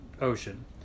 Ocean